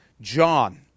John